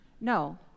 No